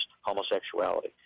homosexuality